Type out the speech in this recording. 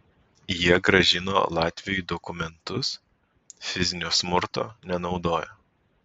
jie grąžino latviui dokumentus fizinio smurto nenaudojo